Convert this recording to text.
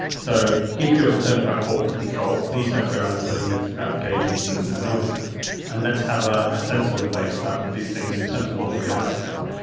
so if you are concerned about corporate control, please don't go around spreading myths about gay genes and and autism and let's have a sensible debate about these things in terms of what the realities are.